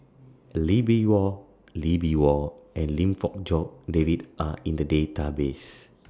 Lee Bee Wah Lee Bee Wah and Lim Fong Jock David Are in The Database